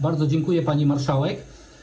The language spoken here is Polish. Bardzo dziękuję, pani marszałek.